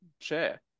share